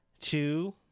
Two